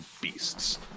beasts